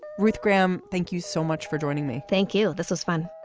ruth graham thank you so much for joining me thank you. this was fun.